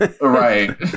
right